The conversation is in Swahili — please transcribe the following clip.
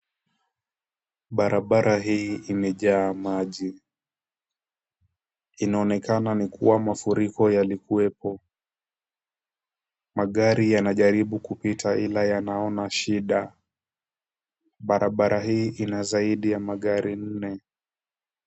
Barabara hii imejaa maji. Inaonekana ni kuwa mafuriko yalikuwepo. Magari yanajaribu kupita ila yanaona shida. Barabara hii ina zaidi ya magari nne.